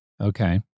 Okay